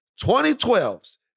2012's